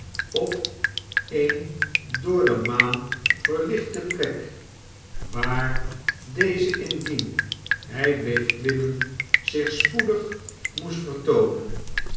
op eene door de maan verlichte plek waar deze indien hij bleef klimmen zich spoedig moest vertoonen